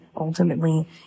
ultimately